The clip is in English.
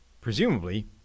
Presumably